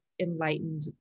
enlightened